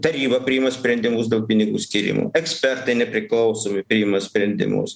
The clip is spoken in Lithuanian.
taryba priima sprendimus dėl pinigų skyrimų ekspertai nepriklausomi priima sprendimus